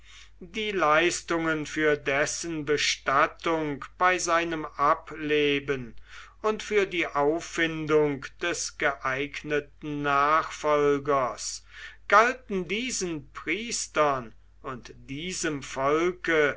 die leistungen für dessen bestattung bei seinem ableben und für die auffindung des geeigneten nachfolgers galten diesen priestern und diesem volke